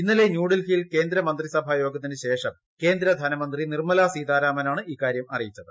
ഇന്നലെ ന്യൂഡൽഹിയിൽ കേന്ദ്ര മന്ത്രിസഭായോഗത്തിന് ശേഷം കേന്ദ്ര ധനമന്ത്രി നിർമ്മല സീതാരാമനാണ് ഇക്കാര്യം അറിയിച്ചത്